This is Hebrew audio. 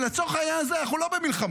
כי לצורך העניין הזה אנחנו לא במלחמה.